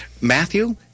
matthew